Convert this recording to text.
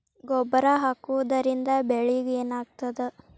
ಗೊಬ್ಬರ ಹಾಕುವುದರಿಂದ ಬೆಳಿಗ ಏನಾಗ್ತದ?